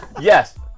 yes